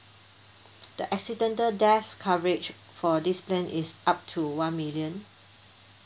the accidental death coverage for this plan is up to one million